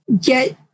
get